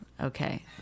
Okay